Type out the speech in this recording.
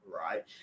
right